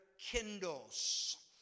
kindles